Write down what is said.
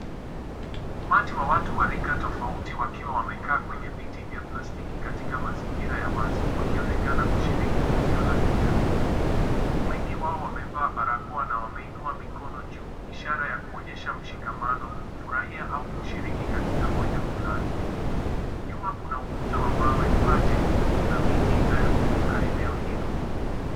Umati wa watu wa rika tofauti wakiwa wamekaa kwenye viti vya plastiki katika mazingira ya wazi, wakionekana kushiriki tukio la kijamii. Wengi wao wamevaa barakoa na wameinua mikono juu, ishara ya kuonyesha mshikamano kufurahia au kushiriki katika hoja fulani. Nyuma kuna ukuta wa mawe, paa jekundu, na miti inayozunguka eneo hilo.